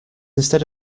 instead